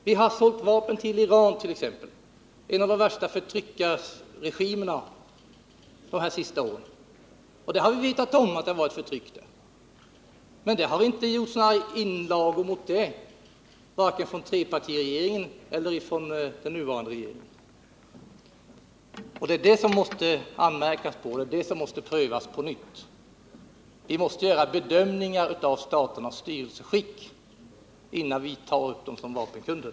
Vi har sålt vapen t.ex. till Iran — en av de värsta förtryckarregimerna. Och vi har vetat om att det har varit förtryck där. Men det har inte gjorts några invändningar mot detta, varken från trepartiregeringen eller från den nuvarande regeringen. Det är detta som det måste anmärkas på och som måste prövas på nytt. Vi måste göra bedömningar av staternas styrelseskick innan vi tar upp dem som vapenkunder.